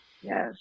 yes